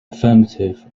affirmative